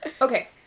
Okay